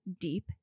deep